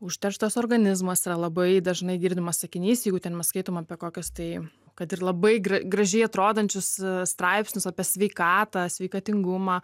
užterštas organizmas yra labai dažnai girdimas sakinys jeigu ten mes skaitom apie kokius tai kad ir labai gražiai atrodančius straipsnius apie sveikatą sveikatingumą